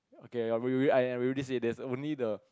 okay ya we already and I already said this only the